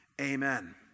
Amen